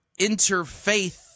interfaith